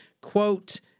Quote